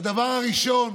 הדבר הראשון